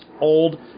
old